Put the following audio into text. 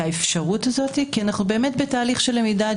האפשרות הזו כי אנו בתהליך של למידה.